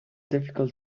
difficult